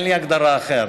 אין לי הגדרה אחרת.